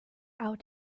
out